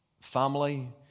family